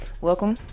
Welcome